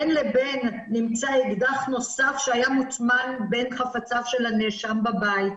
בין לבין נמצא אקדח נוסף שהיה מוטמן בין חפציו של הנאשם בבית.